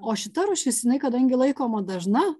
o šita rūšis jinai kadangi laikoma dažna